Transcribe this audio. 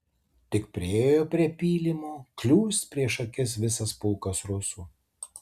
tik priėjo prie pylimo kiūst prieš akis visas pulkas rusų